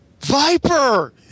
Viper